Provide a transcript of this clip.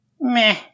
meh